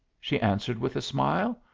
she answered with a smile.